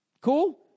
Cool